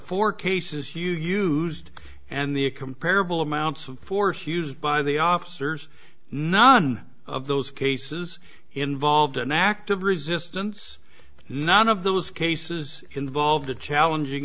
four cases you used and the a comparable amounts of force used by the officers none of those cases involved an active resistance none of those cases involve the challenging